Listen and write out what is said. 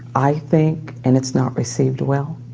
i think, and it's not received well.